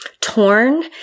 Torn